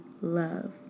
love